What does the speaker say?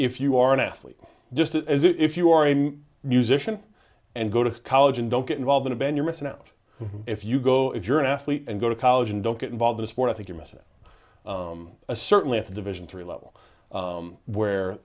if you are an athlete just as if you are i'm musician and go to college and don't get involved in a band you're missing out if you go if you're an athlete and go to college and don't get involved in sport i think you're missing a certainly a division three level where